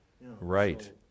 right